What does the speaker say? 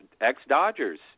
ex-Dodgers